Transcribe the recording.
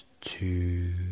Two